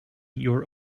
your